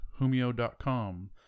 humio.com